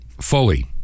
fully